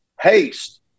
haste